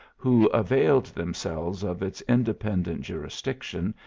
who availed themselves of its independent ju risdk tion,